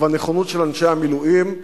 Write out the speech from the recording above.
והנכונות של אנשי המילואים,